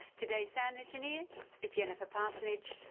today's sound engineer is jennifer parsonage.